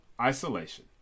isolation